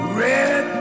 red